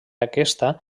aquesta